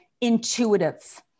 intuitive